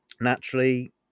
naturally